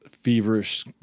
feverish